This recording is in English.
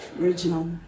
original